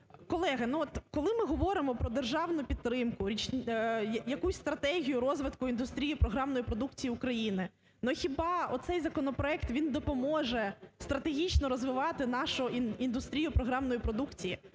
Колеги, ну от коли ми говоримо про державну підтримку, якусь стратегію розвитку індустрії програмної продукції України, ну хіба оцей законопроект він допоможе стратегічно розвивати нашу індустрію програмної продукції?